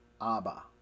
Abba